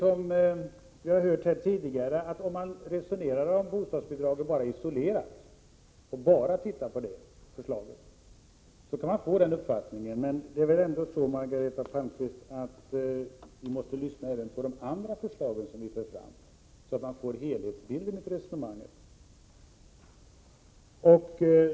Om man talar om bostadsbidraget isolerat, kan man få den uppfattningen. Men det är ju ändå så, Margareta Palmqvist, att vi måste se även på våra andra förslag, så att man får en helhetsbild för resonemanget.